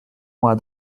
moi